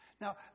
Now